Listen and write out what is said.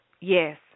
yes